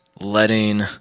letting